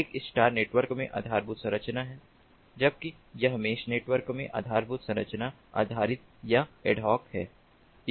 यह star network में आधारभूत संरचना है जबकि यह मेष नेटवर्क में आधारभूत संरचना आधारित या एडहॉक है